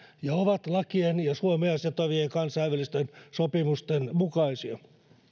ja ovat lakien ja suomea sitovien kansainvälisten sopimusten mukaisia